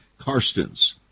Karstens